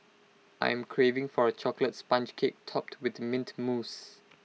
I am craving for A Chocolate Sponge Cake Topped with Mint Mousse